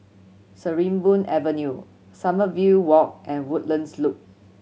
Sarimbun Avenue Sommerville Walk and Woodlands Loop